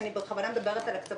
ואני בכוונה מדברת על הקצוות,